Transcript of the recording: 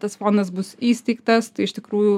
tas fondas bus įsteigtas iš tikrųjų